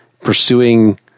pursuing